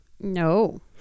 No